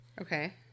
Okay